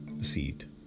seed